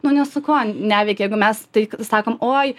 nu ne su kuo neveikia jeigu mes tai sakom oi